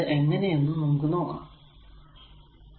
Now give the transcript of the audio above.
അത് എങ്ങനെ എന്ന് നമുക്ക് നോക്കാം